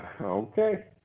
Okay